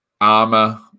armor